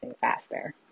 faster